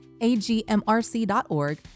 agmrc.org